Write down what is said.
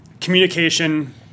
communication –